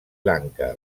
lanka